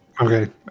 Okay